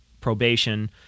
probation